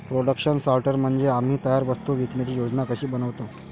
production सॉर्टर म्हणजे आम्ही तयार वस्तू विकण्याची योजना कशी बनवतो